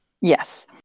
Yes